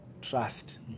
trust